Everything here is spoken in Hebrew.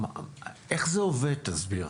איך זה עובד, תסביר.